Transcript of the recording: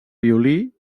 violí